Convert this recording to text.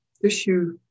issue